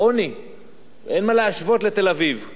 אין מה להשוות לתל-אביב או לדרום תל-אביב.